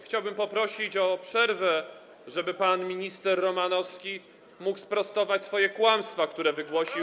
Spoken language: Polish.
Chciałbym poprosić o przerwę, żeby pan minister Romanowski mógł sprostować swoje kłamstwa, które wygłosił.